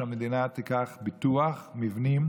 שהמדינה תיקח ביטוח מבנים,